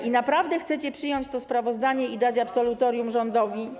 I naprawdę chcecie przyjąć to sprawozdanie i dać absolutorium rządowi?